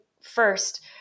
first